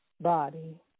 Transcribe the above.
Body